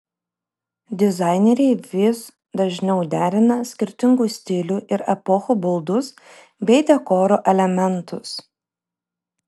dizaineriai vis dažniau derina skirtingų stilių ir epochų baldus bei dekoro elementus